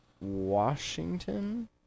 Washington